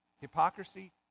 Hypocrisy